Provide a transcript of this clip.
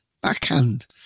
backhand